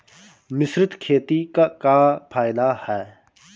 मिश्रित खेती क का फायदा ह?